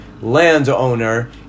landowner